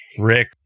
Rick